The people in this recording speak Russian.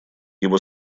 его